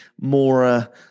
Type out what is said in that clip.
more